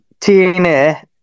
TNA